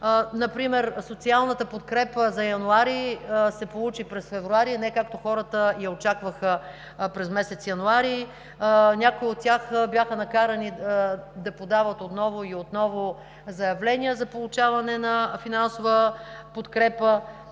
Например социалната подкрепа за януари се получи през февруари, а не както хората я очакваха – през месец януари. Някои от тях бяха накарани да подават отново и отново заявления за получаване на финансова подкрепа.